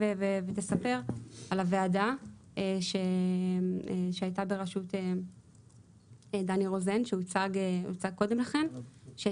את הוועדה שהייתה בראשות דני רוזן שהציגה את מסקנותיה.